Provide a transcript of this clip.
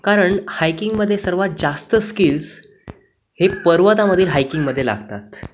कारण हायकिंगमध्ये सर्वात जास्त स्किल्स हे पर्वतामधील हायकिंगमध्ये लागतात